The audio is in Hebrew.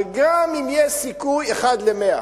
כשגם אם יש סיכוי אחד למאה,